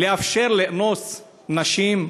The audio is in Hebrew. לאפשר לאנוס נשים?